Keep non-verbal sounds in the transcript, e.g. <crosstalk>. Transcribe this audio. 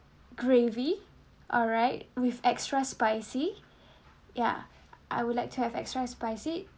gravy alright with extra spicy <breath> yeah I would like to have extra spicy